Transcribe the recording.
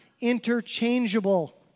interchangeable